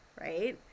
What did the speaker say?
Right